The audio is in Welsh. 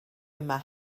yma